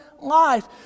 life